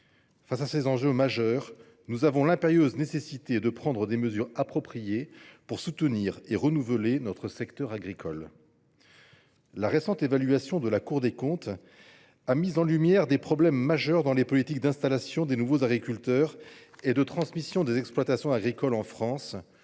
Face à ces enjeux majeurs, nous avons l’impérieuse nécessité de prendre des mesures appropriées pour soutenir et renouveler notre secteur agricole. La récente évaluation de la Cour des comptes a mis en lumière des problèmes majeurs dans les politiques d’installation des nouveaux agriculteurs et de transmission des exploitations agricoles en France.